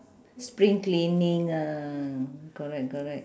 spring cleaning ah correct correct